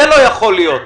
זה לא יכול להיות.